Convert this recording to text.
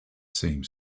same